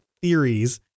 theories